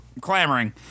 clamoring